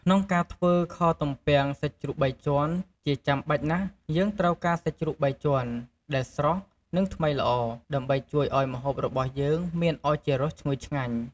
ក្នុងការធ្វើខទំពាំងសាច់ជ្រូកបីជាន់ ជាចាំបាច់ណាស់ យើងត្រូវការសាច់ជ្រូកបីជាន់ ដែលស្រស់ និងថ្មីល្អ ដើម្បីជួយឱ្យម្ហូបរបស់យើងមានឱជារសឈ្ងុយឆ្ងាញ់។